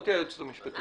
גברתי היועצת המשפטית.